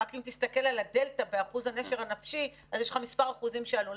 רק אם תסתכל על הדלתא ואחוז הנשר הנפשי אז יש לך מספר אחוזים שעלו,